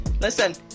listen